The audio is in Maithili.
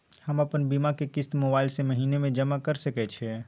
हम अपन बीमा के किस्त मोबाईल से महीने में जमा कर सके छिए?